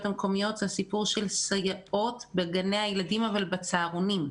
המקומיות זה הסיפור של סייעות בגני הילדים אבל בצהרונים,